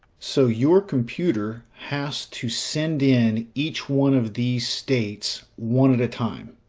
so, your computer has to send in each one of these states one at a time.